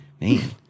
Man